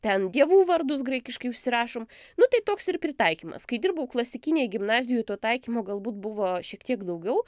ten dievų vardus graikiškai užsirašom nu tai toks ir pritaikymas kai dirbau klasikinėj gimnazijoj to taikymo galbūt buvo šiek tiek daugiau